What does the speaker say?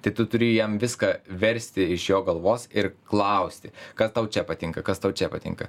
tai tu turi jam viską versti iš jo galvos ir klausti kas tau čia patinka kas tau čia patinka